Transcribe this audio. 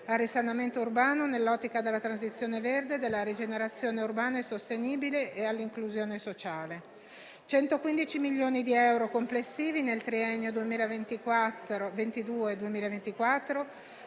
al risanamento urbano, nell'ottica della transizione verde, della rigenerazione urbana e sostenibile e all'inclusione sociale. Nel triennio 2022-2024,